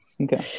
Okay